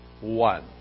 one